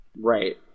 Right